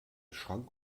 schrank